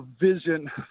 vision